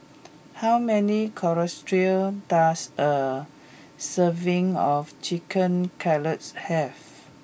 how many does a serving of Chicken Cutlets have